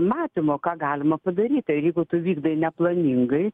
matymo ką galima padaryti ir jeigu tu vykdai neplaningai